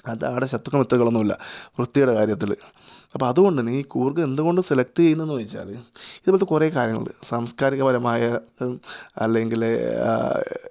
അതാണ് ശത്രുക്കൾ മിത്രങ്ങളൊന്നുമില്ല വൃത്തിയുടെ കാര്യത്തിൽ അപ്പോൾ അതുകൊണ്ടു തന്നെ ഈ കൂര്ഗ് എന്തുകൊണ്ട് സെലക്റ്റ് ചെയുന്നെന്നു ചോദിച്ചാൽ ഇതുപോലത്തെ കുറേ കാര്യങ്ങളുണ്ട് സാംസ്ക്കാരികപരമായ അല്ലെങ്കിൽ